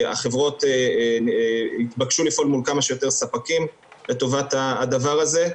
החברות התבקשו לפעול מול כמה שיותר ספקים לטובת הדבר הזה.